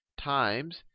times